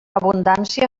abundància